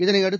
இதனையடுத்து